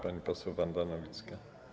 Pani poseł Wanda Nowicka.